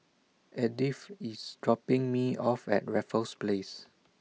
Edith IS dropping Me off At Raffles Place